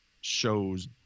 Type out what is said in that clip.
shows